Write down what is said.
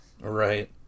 Right